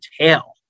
tail